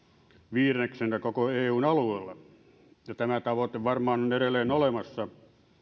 viidenneksellä koko eun alueella tämä tavoite varmaan on edelleen olemassa